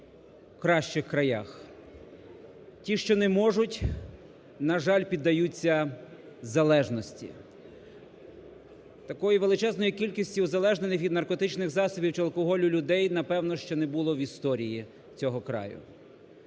у кращих краях. Ті, що не можуть, на жаль, піддаються залежності. Такої величезної кількості залежних від наркотичних засобів чи алкоголю людей, напевно, ще не було в історії цього краю.